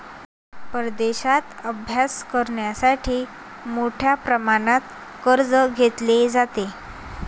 परदेशात अभ्यास करण्यासाठी मोठ्या प्रमाणात कर्ज घेतले जाते